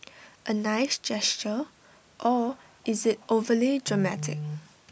A nice gesture or is IT overly dramatic